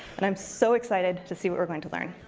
and i'm so excited to see what we're going to learn.